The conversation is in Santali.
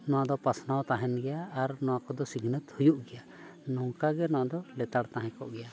ᱱᱚᱣᱟᱫᱚ ᱯᱟᱥᱱᱟᱣ ᱛᱟᱦᱮᱱ ᱜᱮᱭᱟ ᱟᱨ ᱱᱚᱣᱟ ᱠᱚᱫᱚ ᱥᱤᱠᱷᱱᱟᱹᱛ ᱦᱩᱭᱩᱜ ᱜᱮᱭᱟ ᱱᱚᱝᱠᱟ ᱜᱮ ᱱᱚᱣᱟᱫᱚ ᱞᱮᱛᱟᱲ ᱛᱟᱦᱮᱸ ᱠᱚᱜ ᱜᱮᱭᱟ